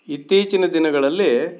ಇತ್ತೀಚಿನ ದಿನಗಳಲ್ಲಿ